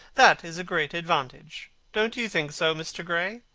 that is a great advantage, don't you think so, mr. gray?